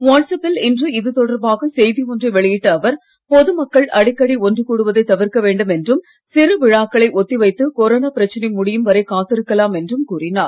வாட்ஸ்அப்பில் இன்று இது தொடர்பாக செய்தி ஒன்றை வெளியிட்ட அவர் பொது மக்கள் அடிக்கடி ஒன்றுக் கூடுவதை தவிர்க்க வேண்டும் என்றும் சிறு விழாக்களை ஒத்தி வைத்து கொரோனா பிரச்சனை முடியும் வரை காத்திருக்கலாம் என்றும் கூறினார்